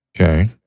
Okay